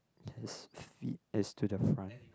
his feet is to the front